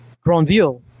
Granville